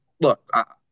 look